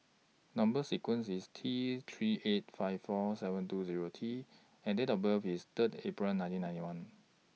Number sequence IS T three eight five four seven two Zero T and Date of birth IS Third April nineteen ninety one